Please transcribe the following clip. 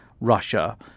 Russia